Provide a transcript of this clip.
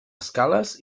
escales